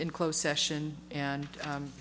in close session and